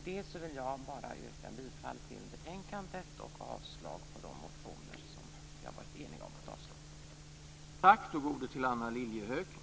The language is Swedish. Med det vill jag bara yrka bifall till utskottets hemställan och avslag på de motioner som vi har varit eniga om att avstyrka.